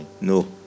no